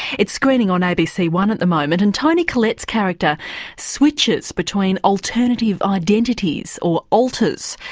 it's screening on abc one at the moment and toni collette's character switches between alternative identities or alters,